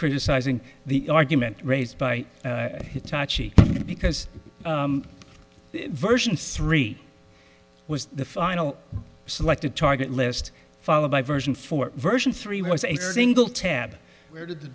criticizing the argument raised by hitachi because version three was the final selected target list followed by version four version three was a single tab where did the